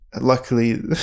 luckily